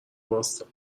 وایستا